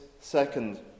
second